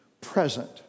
present